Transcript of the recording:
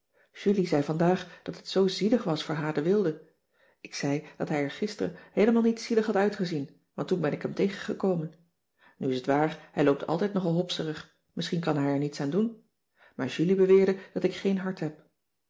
julie zei vandaag dat het zoo zielig was voor h de wilde ik zei dat hij er gister heelemaal niet zielig had uitgezien want toen ben ik hem tegengekomen nu is t waar hij loopt altijd nogal hopserig misschien kan hij er niets aan doen maar julie beweerde dat ik geen hart heb